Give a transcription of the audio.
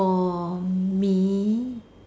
for me